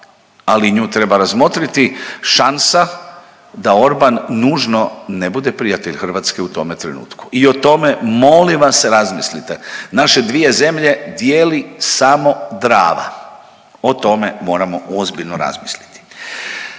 ali nju treba razmotriti šansa da Orban nužno ne bude prijatelj Hrvatske u tome trenutku. I o tome molim vas razmislite. Naše dvije zemlje dijeli samo Drava, o tome moramo ozbiljno razmisliti.